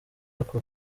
ako